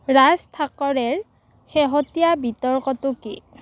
ৰাজ থাকৰেৰ শেহতীয়া বিতৰ্কটো কি